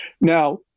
Now